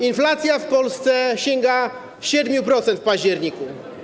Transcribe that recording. Inflacja w Polsce sięga 7% w październiku.